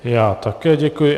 Já také děkuji.